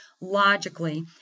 logically